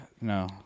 No